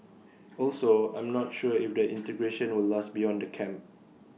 also I'm not sure if the integration will last beyond the camp